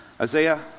Isaiah